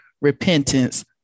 repentance